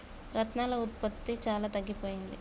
రత్నాల ఉత్పత్తి చాలా తగ్గిపోయింది